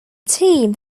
team